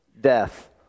Death